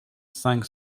cinq